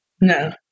No